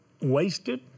wasted